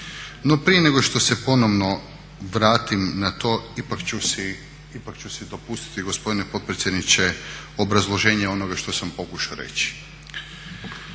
No, prije nego što se ponovno vratim na to ipak ću si dopustiti gospodine potpredsjedniče obrazloženje onoga što sam pokušao reći.